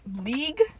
league